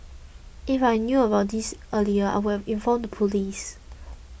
if I knew about this earlier I would have informed the police